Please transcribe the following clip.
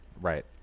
Right